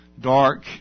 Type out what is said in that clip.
dark